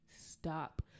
stop